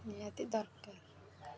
ନିହାତି ଦରକାର